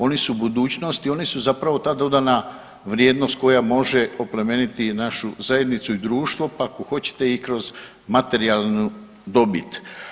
Oni su budućnost i oni su zapravo ta dodana vrijednost koja može oplemeniti našu zajednicu i društvo, pa ako hoćete i kroz materijalnu dobit.